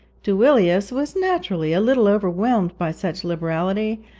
duilius was naturally a little overwhelmed by such liberality,